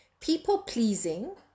People-pleasing